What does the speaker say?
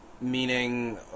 meaning